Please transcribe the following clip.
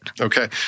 Okay